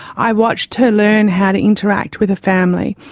i watched her learn how to interact with a family,